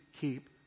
keep